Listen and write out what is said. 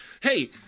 hey